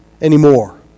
anymore